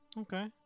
Okay